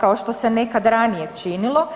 kao što se nekad ranije činilo?